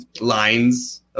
lines